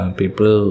people